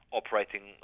operating